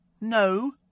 No